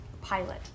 Pilot